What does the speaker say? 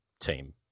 team